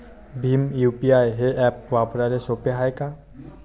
Bhim UPI हे app वापराले सोपे हाय का?